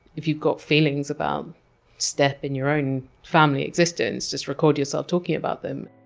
if you've got feelings about step in your own family existence, just record yourself talking about them.